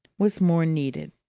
was more needed.